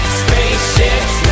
spaceships